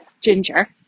Ginger